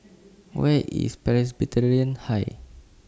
Where IS Presbyterian High